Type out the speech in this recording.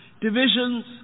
divisions